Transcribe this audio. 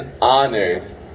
honored